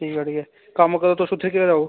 ठीक ऐ ठीक ऐ कम्म करो तुस उत्थै गै र'वो